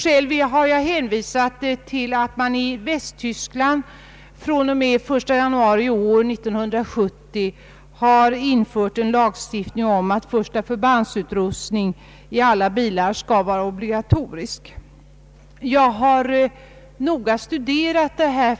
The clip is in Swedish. Jag har själv hänvisat till att man i Västtyskland den 1 januari 1970 har infört en lagstiftning om att utrustning med första förband skall vara obligatorisk i alla bilar. Jag har noga studerat.